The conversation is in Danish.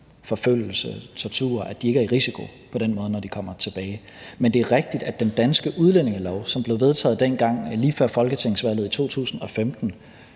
forfølgelse, tortur, og at de på den måde ikke er i risiko, når de kommer tilbage. Men det er rigtigt, at den danske udlændingelov, som blev vedtaget dengang lige før folketingsvalget i 2015